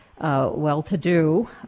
well-to-do